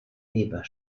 leber